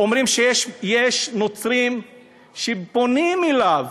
אומרים שיש נוצרים שפונים אליו,